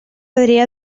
adrià